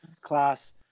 class